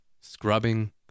scrubbing